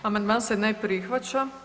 Amandman se ne prihvaća.